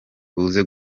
buze